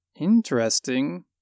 Interesting